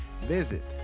visit